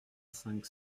cinq